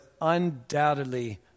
undoubtedly